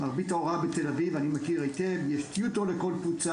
מרבית ההוראה היא בתל-אביב ויש טיוטור צמוד